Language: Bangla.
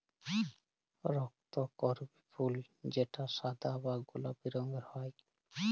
রক্তকরবী ফুল যেটা সাদা বা গোলাপি রঙের হ্যয়